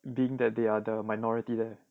being that they are the other minority there